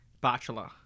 Bachelor